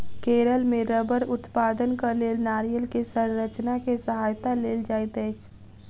केरल मे रबड़ उत्पादनक लेल नारियल के संरचना के सहायता लेल जाइत अछि